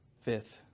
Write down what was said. Fifth